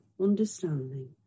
understanding